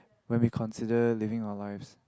when we consider living our lives